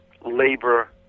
labor